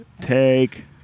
Take